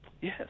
Yes